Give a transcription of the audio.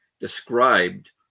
described